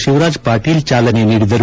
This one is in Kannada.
ಶಿವರಾಜ್ ಪಾಟೀಲ್ ಚಾಲನೆ ನೀಡಿದರು